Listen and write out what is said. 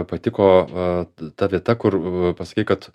patiko a ta vieta kur a pasakei kad